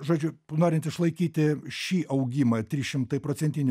žodžiu p norint išlaikyti šį augimą trys šimtai procentinių